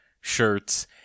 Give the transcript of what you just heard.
shirts